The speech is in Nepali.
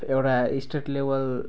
एउटा स्टेट लेभल